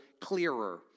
clearer